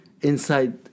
inside